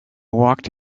walked